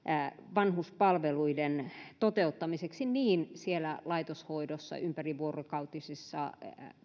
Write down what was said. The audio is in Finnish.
vanhuspalveluiden toteuttamiseksi niin laitoshoidossa ympärivuorokautisissa